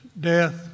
death